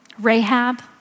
Rahab